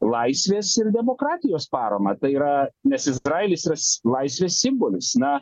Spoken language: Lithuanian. laisvės ir demokratijos paramą tai yra nes izraelis yra laisvės simbolis na